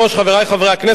חברי חברי הכנסת,